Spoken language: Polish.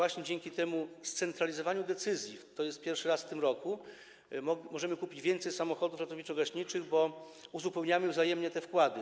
A dzięki scentralizowaniu decyzji - to jest możliwe pierwszy raz w tym roku - możemy kupić więcej samochodów ratowniczo-gaśniczych, bo uzupełniamy sobie wzajemnie te wkłady.